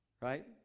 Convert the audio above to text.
right